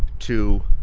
to